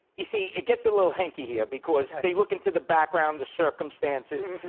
you see, it gets a little hanky here because they look into the background, the circumstances.